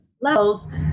levels